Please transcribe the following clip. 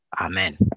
Amen